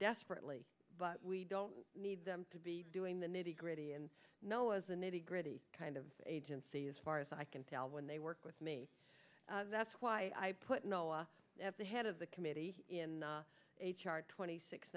desperately but we don't need them to be doing the nitty gritty and no was the nitty gritty kind of agency as far as i can tell when they work with me that's why i put no law at the head of the committee in h r twenty six